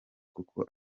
kuko